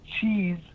cheese